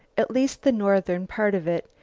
at least the northern part of it,